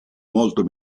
molto